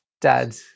Dad